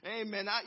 Amen